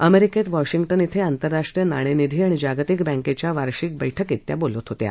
अमेरिकेत वॉशिंग्टन इथं आंतरराष्ट्रीय नाणेनिधी आणि जागतिक बँकेच्या वार्षिक बैठक त्या बोलत होत्या